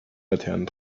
laternen